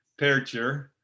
Percher